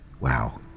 Wow